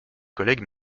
collègues